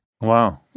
Wow